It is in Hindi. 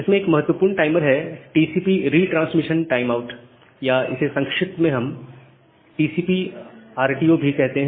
इसमें एक महत्वपूर्ण टाइमर है टीसीपी रिट्रांसमिशन टाइम आउट या इसे हम संक्षिप्त में टीसीपी आरटीओ भी कहते हैं